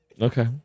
okay